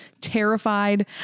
terrified